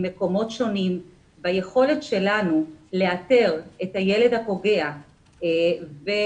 ממקומות שונים והיכולת שלנו לאתר את הילד הפוגע ולנסות